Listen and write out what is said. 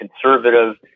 conservative